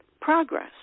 progress